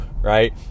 right